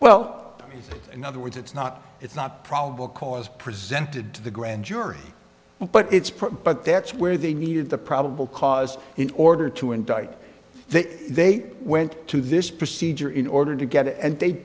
well in other words it's not it's not probable cause presented to the grand jury but it's pretty but that's where they needed the probable cause in order to indict they they went to this procedure in order to get it and they